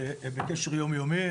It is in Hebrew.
אני בקשר יומיומי,